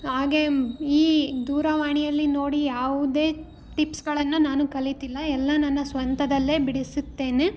ಹಾಗೆಯೇ ಈ ದೂರವಾಣಿಯಲ್ಲಿ ನೋಡಿ ಯಾವುದೇ ಟಿಪ್ಸ್ಗಳನ್ನು ನಾನು ಕಲಿತಿಲ್ಲ ಎಲ್ಲ ನನ್ನ ಸ್ವಂತದಲ್ಲೇ ಬಿಡಿಸುತ್ತೇನೆ